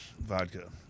vodka